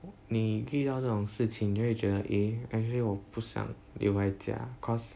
你遇到这种事情你就会觉得 eh actually 我不想留在家 cause